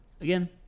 Again